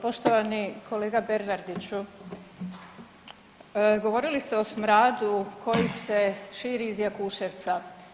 Poštovani kolega Bernardiću, govorili ste o smradu koji se širi iz Jakuševca.